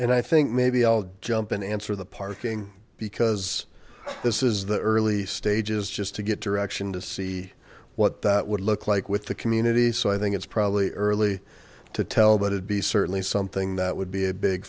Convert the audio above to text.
and i think maybe i'll jump an answer the parking because this is the early stages just to get direction to see what that would look like with the community so i think it's probably early to tell but it be certainly something that would be a big